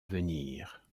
venir